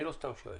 אני לא סתם שואל.